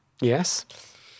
Yes